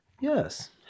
Yes